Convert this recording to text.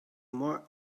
more